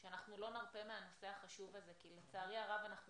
שאנחנו לא נרפה מהנושא החשוב הזה כי לצערי הרב אנחנו